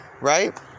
right